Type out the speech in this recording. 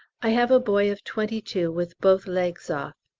i have a boy of twenty two with both legs off.